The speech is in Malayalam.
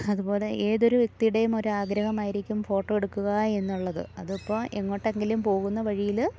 അതു പോലെ ഏതൊരു വ്യക്തിയുടെയും ഒരാഗ്രഹമായിരിക്കും ഫോട്ടോയെടുക്കുകയെന്നുള്ളത് അതിപ്പോൾ എങ്ങോട്ടെങ്കിലും പോകുന്ന വഴിയിൽ